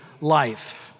life